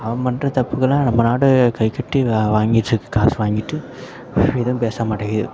அவன் பண்ணுற தப்புக்கெலாம் நம்ம நாடு கைக்கட்டி வ வாங்கி சு காசு வாங்கிட்டு எதுவும் பேச மாட்டிங்குது